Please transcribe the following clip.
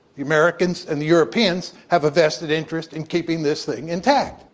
the americans and the europeans, have a vested interest in keeping this thing intact.